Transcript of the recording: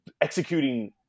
executing